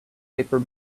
paper